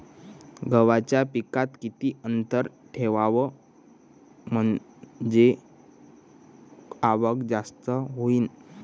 गव्हाच्या पिकात किती अंतर ठेवाव म्हनजे आवक जास्त होईन?